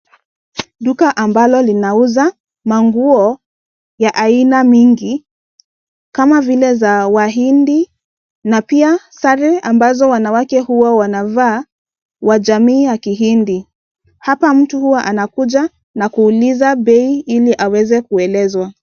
Duka ambalo linauza manguo, ya aina mingi, kama vile za wahindi, na pia sare ambazo wanawake huwa wanavaa, wa jamii ya kihindi. Hapa mtu huwa anakuja na kuuliza bei, ili aweze kuelezwa.